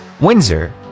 Windsor